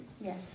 Yes